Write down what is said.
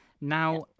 now